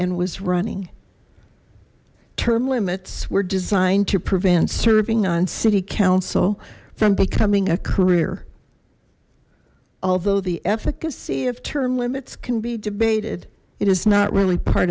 and was running term limits were designed to prevent serving on city council from becoming a career although the efficacy of term limits can be debated it is not really part